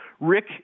Rick